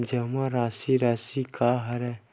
जमा राशि राशि का हरय?